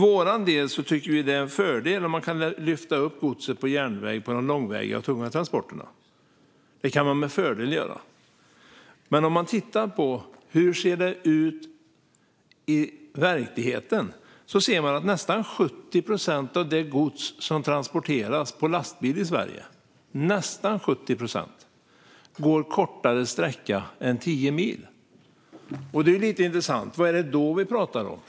Vi tycker att det är en fördel om man kan lyfta upp godset på järnväg för de långväga och tunga transporterna; det kan man med fördel göra. Men om man tittar på hur det ser ut i verkligheten ser man att nästan 70 procent av det gods som transporteras på lastbil i Sverige går en kortare sträcka än tio mil. Det är ju lite intressant. Vad är det då vi pratar om?